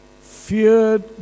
feared